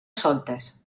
soltes